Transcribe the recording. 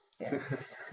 Yes